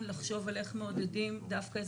האם לא צריכים להגדיל אותו?